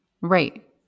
Right